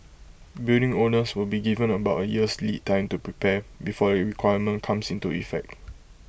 building owners will be given about A year's lead time to prepare before the requirement comes into effect